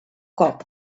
cop